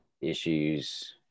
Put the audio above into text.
issues